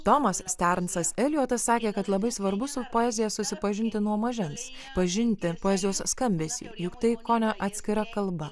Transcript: tomas sternsas elijotas sakė kad labai svarbu su poezija susipažinti nuo mažens pažinti poezijos skambesį juk tai kone atskira kalba